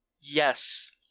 Yes